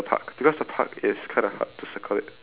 like how I should circle this actually